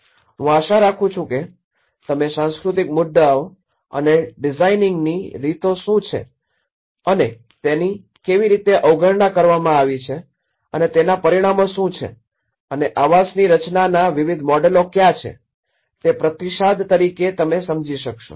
હું આશા રાખું છું કે તમે સાંસ્કૃતિક મુદ્દાઓ અને ડિઝાઇનિંગની રીતો શું છે અને તેની કેવી રીતે અવગણના કરવામાં આવી છે અને તેના પરિણામો શું છે અને આવાસની રચનાના વિવિધ મોડેલો ક્યાં છે તે પ્રતિસાદ તરીકે તમે સમજી શકશો